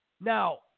Now